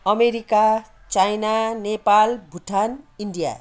America China Nepal Bhutan India